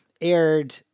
aired